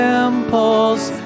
impulse